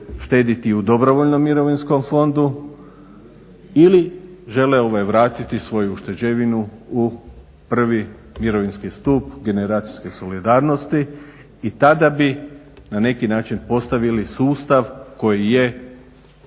štediti u dobrovoljnom mirovinskom fondu ili žele vratiti svoju ušteđevinu u prvi mirovinski stup generacijske solidarnosti i tada bi na neki način postavili sustav koji je